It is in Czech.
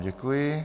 Děkuji.